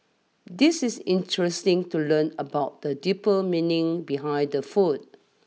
this is interesting to learn about the deeper meaning behind the food